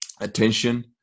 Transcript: attention